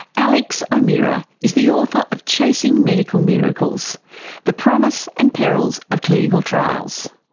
alex o'meara is the author of chasing medical miracles the promise and perils of clinical trials.